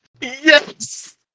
Yes